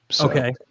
Okay